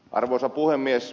arvoisa puhemies